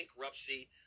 bankruptcy